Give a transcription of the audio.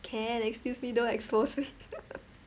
can excuse me don't expose